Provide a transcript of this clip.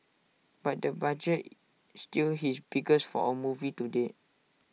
but the budget still his biggest for A movie to date